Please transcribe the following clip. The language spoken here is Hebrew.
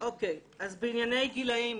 בענייני גילאים,